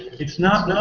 it's not